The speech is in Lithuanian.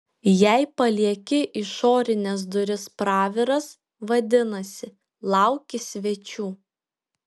jei palieki išorines duris praviras vadinasi lauki svečių